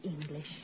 English